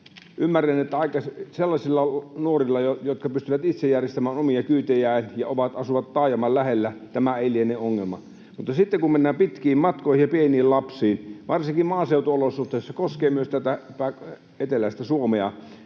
Ymmärrän, että sellaisilla nuorilla, jotka pystyvät itse järjestämään omia kyytejään ja asuvat taajaman lähellä, tämä ei liene ongelma. Mutta sitten kun mennään pitkiin matkoihin ja pieniin lapsiin varsinkin maaseutuolosuhteissa, koskee myös tätä eteläistä Suomea,